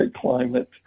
climate